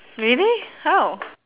really how